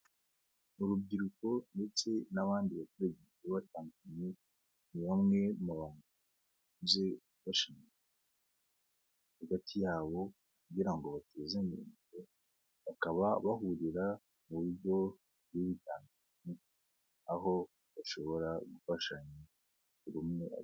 Urubyiruko ndetse n'abandi bakozi batandukanye, ni bamwe mu baziranye hagati yabo kugira ngo batezanye imbere bakaba bahahurira mu buburyo bitandukanye aho bashobora gufashanya.